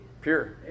Pure